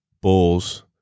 Bulls